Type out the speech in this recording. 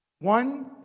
One